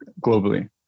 globally